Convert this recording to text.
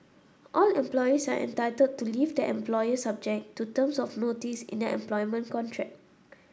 all employees are entitled to leave their employer subject to terms of notice in their employment contract